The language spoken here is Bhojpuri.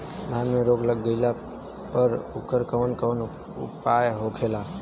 धान में रोग लग गईला पर उकर कवन कवन उपाय होखेला?